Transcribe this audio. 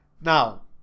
Now